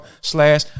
slash